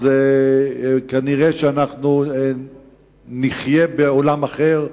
אז כנראה אנחנו נחיה בעולם אחר,